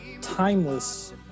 timeless